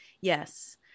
yes